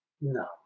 no